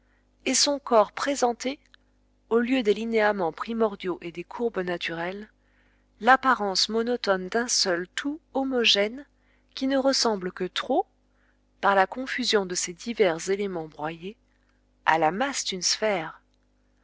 et son corps présenter au lieu des linéaments primordiaux et des courbes naturelles l'apparence monotone d'un seul tout homogène qui ne ressemble que trop par la confusion de ses divers éléments broyés à la masse d'une sphère